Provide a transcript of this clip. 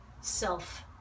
self